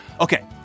okay